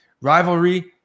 rivalry